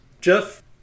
Jeff